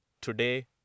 today